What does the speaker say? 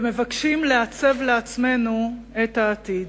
ומבקשים לעצב לעצמנו את העתיד.